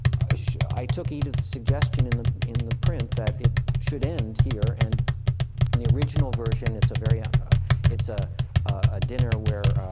i took edith's suggestion in the in the print, that it should end here. and in the original version, it's a very and it's a a dinner, where